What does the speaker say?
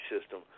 system